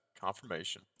confirmation